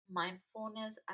mindfulness